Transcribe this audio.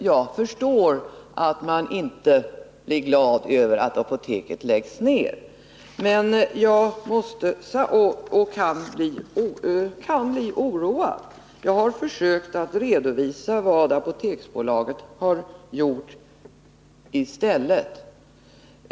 Jag förstår att befolkningen inte blir glad över att apoteket läggs ned och att den kan bli oroad, men jag har försökt redovisa vad Apoteksbolaget har gjort i stället.